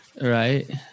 Right